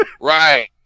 Right